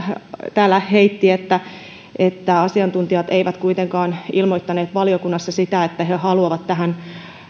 täällä heitti että että asiantuntijat eivät kuitenkaan ilmoittaneet valiokunnassa sitä että he he haluavat tähän